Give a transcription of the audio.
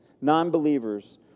Non-believers